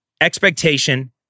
expectation